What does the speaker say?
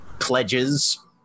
pledges